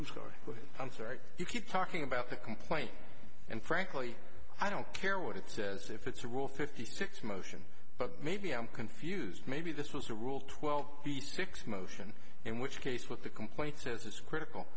this story i'm sorry you keep talking about the complaint and frankly i don't care what it says if it's a rule fifty six motion but maybe i'm confused maybe this was a rule twelve piece fix motion in which case with the complaint says it's critical